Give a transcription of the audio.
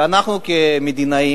ואנחנו כמדינאים,